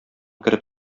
кереп